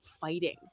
fighting